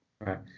right